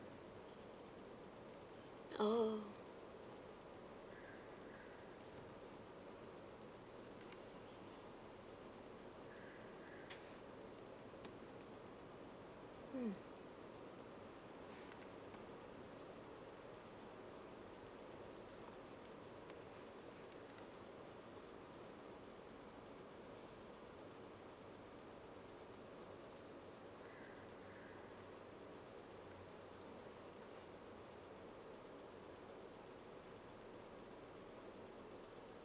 oh mm